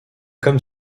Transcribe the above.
comme